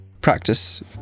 practice